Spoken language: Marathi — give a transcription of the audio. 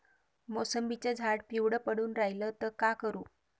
मोसंबीचं झाड पिवळं पडून रायलं त का करू?